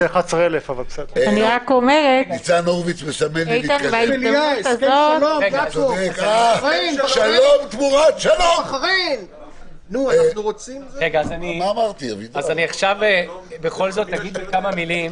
זה היה 11,000. עכשיו בכל זאת אני אגיד כמה מילים.